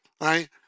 right